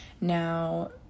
now